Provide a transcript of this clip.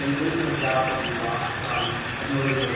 there's there's no doubt that we've lost some ability. like